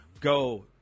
go